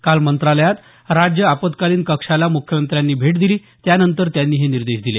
काल मंत्रालयात राज्य आपत्कालीन कक्षाला मुख्यमंत्र्यांनी भेट दिली त्यानंतर त्यांनी हे निर्देश दिले